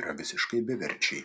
yra visiškai beverčiai